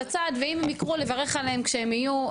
בצד ואם הם יקרו לברך עליהם כשהם יהיו,